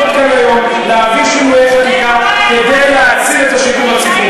ולהביא שינויי חקיקה כדי להציל את השידור הציבורי.